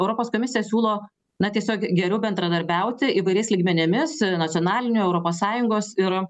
europos komisija siūlo na tiesiog geriau bendradarbiauti įvairiais lygmenimis nacionaliniu europos sąjungos ir